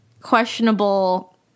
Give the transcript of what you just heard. questionable